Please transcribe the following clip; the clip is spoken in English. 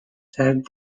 said